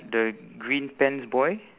the green pants boy